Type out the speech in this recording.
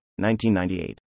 1998